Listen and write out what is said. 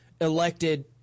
elected –